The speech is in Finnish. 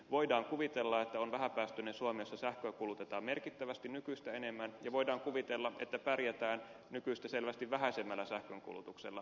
voidaan kuvitella että on vähäpäästöinen suomi jossa sähköä kulutetaan merkittävästi nykyistä enemmän ja voidaan kuvitella että pärjätään nykyistä selvästi vähäisemmällä sähkönkulutuksella